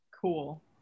Cool